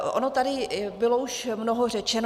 Ono tady bylo už mnoho řečeno.